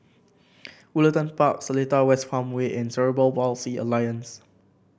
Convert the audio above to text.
Woollerton Park Seletar West Farmway and Cerebral Palsy Alliance